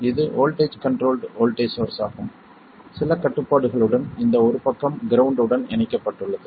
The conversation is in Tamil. இது வோல்ட்டேஜ் கண்ட்ரோல்ட் வோல்ட்டேஜ் சோர்ஸ் ஆகும் சில கட்டுப்பாடுகளுடன் இந்த ஒரு பக்கம் கிரவுண்ட் உடன் இணைக்கப்பட்டுள்ளது